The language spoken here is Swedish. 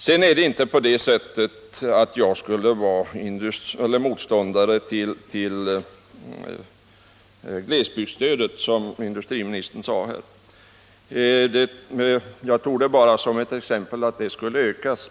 Jag är inte motståndare till glesbygdsstödet, som industriministern sade. Jag tog det bara som ett exempel där ni ville att anslaget skulle ökas.